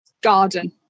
garden